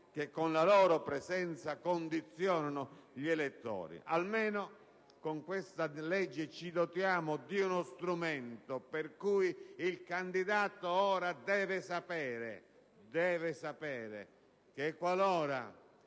con la loro presenza condizionano gli elettori. Almeno con questa legge ci dotiamo di uno strumento: il candidato ora deve sapere che qualora